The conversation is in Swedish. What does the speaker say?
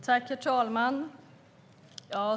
Herr talman!